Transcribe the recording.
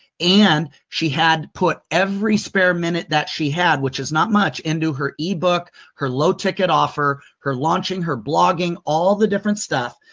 and she had put every spare minute that she had, which is not much, into her ebook, her low ticket offer, her launching, her blogging, all the different stuff.